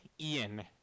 Ian